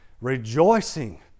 rejoicing